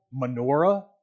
Menorah